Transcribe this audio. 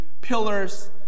pillars